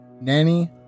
nanny